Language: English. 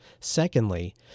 Secondly